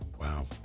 Wow